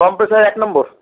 compressor এক নম্বর